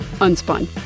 Unspun